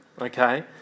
okay